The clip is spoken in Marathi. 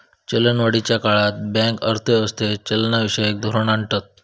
चलनवाढीच्या काळात बँक अर्थ व्यवस्थेत चलनविषयक धोरण आणतत